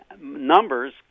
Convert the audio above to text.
numbers